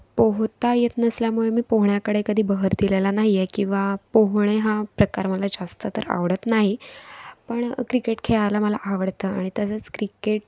पोहता येत नसल्यामुळे मी पोहण्याकडे कधी भर दिलेला नाही आहे किंवा पोहणे हा प्रकार मला जास्त तर आवडत नाही पण क्रिकेट खेळायला मला आवडतं आणि तसंच क्रिकेट